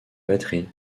batteries